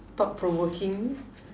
thought provoking